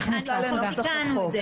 היא נכנסה לנוסח החוק.